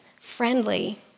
friendly